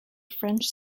french